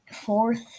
fourth